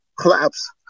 collapse